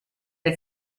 era